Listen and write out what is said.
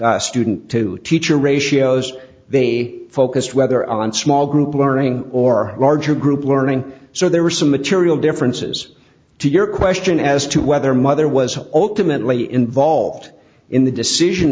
student to teacher ratios they focused whether on small group learning or larger group learning so there were some material differences to your question as to whether mother was ultimately involved in the decision